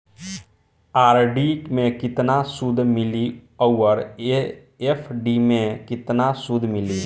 RD मे केतना सूद मिली आउर एफ.डी मे केतना सूद मिली?